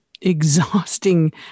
exhausting